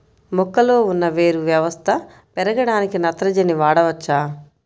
మొక్కలో ఉన్న వేరు వ్యవస్థ పెరగడానికి నత్రజని వాడవచ్చా?